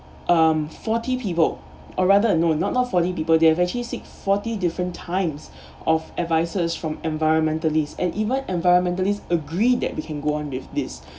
um forty people or rather uh no not not forty people they've actually seek forty different times of advisers from environmentalists and even environmentalists agree that we can go on with this